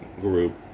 group